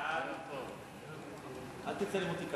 ההצעה לכלול את הנושא בסדר-היום של הכנסת